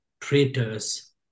traitors